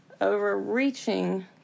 overreaching